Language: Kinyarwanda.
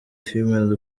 female